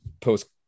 post